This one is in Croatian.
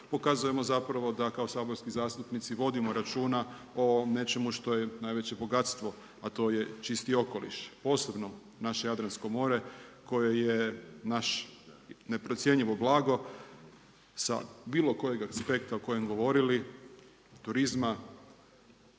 pokazujemo zapravo da kao saborski zastupnici vodimo računa o nečemu što je najveće bogatstvo a to je čisti okoliš posebno naše Jadransko more koje je naše neprocjenjivo blago sa bilo kojeg aspekta o kojem govorili, turizma,